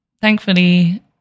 thankfully